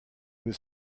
with